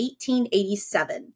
1887